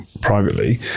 privately